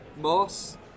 Moss